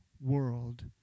world